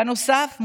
בנוסף,